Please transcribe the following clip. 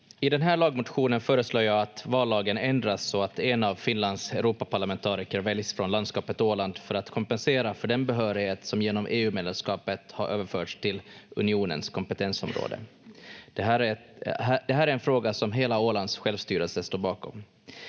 I den här lagmotionen föreslår jag att vallagen ändras så att en av Finlands Europaparlamentariker väljs från landskapet Åland för att kompensera för den behörighet som genom EU-medlemskapet har överförts till unionens kompetensområde. Det här är en fråga som hela Ålands självstyrelse står bakom.